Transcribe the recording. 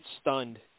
stunned